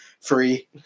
free